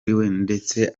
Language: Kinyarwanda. ndetse